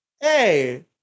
Hey